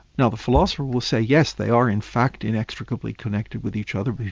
now the philosopher will say, yes, they are in fact inextricably connected with each other,